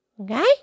Okay